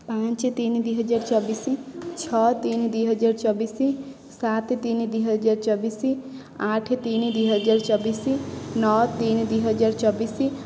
ପାଞ୍ଚ ତିନି ଦୁଇ ହଜାର ଚବିଶ ଛଅ ତିନି ଦୁଇ ହଜାର ଚବିଶ ସାତ ତିନି ଦୁଇ ହଜାର ଚବିଶ ଆଠ ତିନି ଦୁଇ ଚବିଶ ନଅ ତିନି ଦୁଇ ହଜାର ଚବିଶ